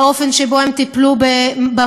באופן שבו הם טיפלו ב"מרמרה",